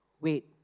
Wait